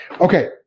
Okay